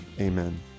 amen